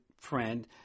friend